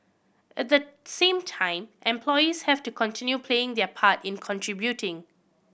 at the same time employees have to continue playing their part in contributing